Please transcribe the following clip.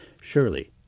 surely